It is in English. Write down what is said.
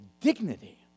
dignity